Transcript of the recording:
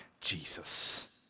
Jesus